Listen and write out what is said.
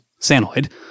Sanoid